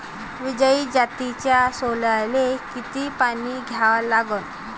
विजय जातीच्या सोल्याले किती पानी द्या लागन?